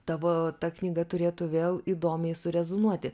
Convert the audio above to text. tavo ta knyga turėtų vėl įdomiai surezonuoti